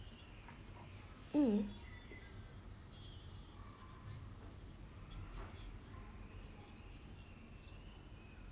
um